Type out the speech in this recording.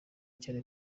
cyane